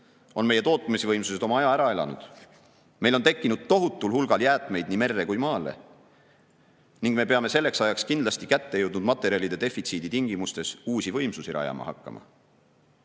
on meie tootmisvõimsused oma aja ära elanud. Meil on tekkinud tohutul hulgal jäätmeid nii merre kui ka maale ning me peame selleks ajaks kindlasti kätte jõudnud materjalide defitsiidi tingimustes uusi võimsusi rajama hakkama.